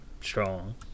strong